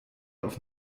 auf